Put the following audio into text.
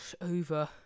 over